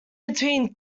between